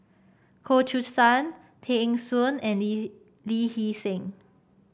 Goh Choo San Tay Eng Soon and Lee Hee Lee Hee Seng